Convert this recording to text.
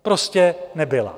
Prostě nebyla.